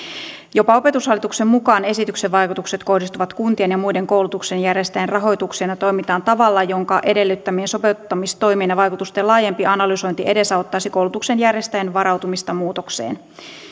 jopa opetushallituksen mukaan esityksen vaikutukset kohdistuvat kuntien ja muiden koulutuksen järjestäjien rahoitukseen ja toimintaan tavalla jonka edellyttämien sopeuttamistoimien ja vaikutusten laajempi analysointi edesauttaisi koulutuksen järjestäjien varautumista muutokseen